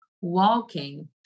walking